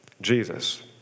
Jesus